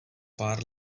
pár